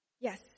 Yes